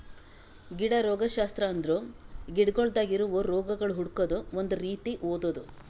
ಗಿಡ ರೋಗಶಾಸ್ತ್ರ ಅಂದುರ್ ಗಿಡಗೊಳ್ದಾಗ್ ಇರವು ರೋಗಗೊಳ್ ಹುಡುಕದ್ ಒಂದ್ ರೀತಿ ಓದದು